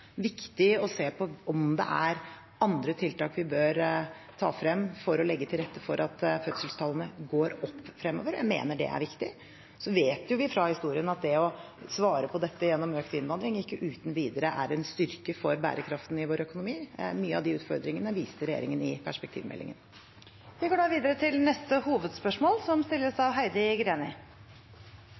viktig å se på om det er andre tiltak vi bør ta frem for å legge til rette for at fødselstallene fremover går opp. Jeg mener det er viktig. Så vet vi fra historien at det å svare på dette gjennom økt innvandring, ikke uten videre er en styrke for bærekraften i vår økonomi. Mange av de utfordringene viste regjeringen i perspektivmeldingen. Vi går videre til neste hovedspørsmål.